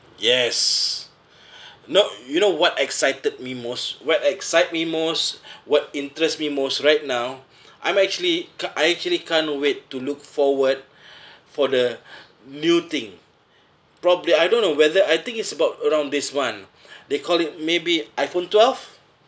yes not you know what excited me most what excite me most what interest me most right now I'm actually ca~ I actually can't wait to look forward for the new thing probably I don't know whether I think it's about around this one they call it maybe iphone twelve